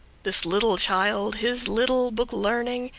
this little child his little book learning,